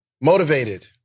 Motivated